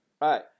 right